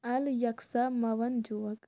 Alexa مےٚ one جوک